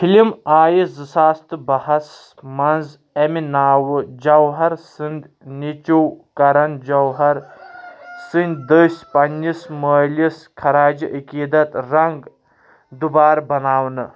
film آیہِ زٟ ساس تہٟ باہَس مَنٛز امہِ ناوٕ جوہَر سٕنٛدۍ نیٚچوٗ کرن جوہَر سٕنٛدۍ دٔسی پَننِس مٲلِس خَراجہٟ عقیٖدَت رنٛگ دُبارٕ بناونہٕ